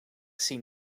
zien